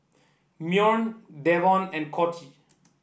Myron Davon and Coty